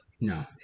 No